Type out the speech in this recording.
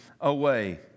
away